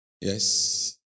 Yes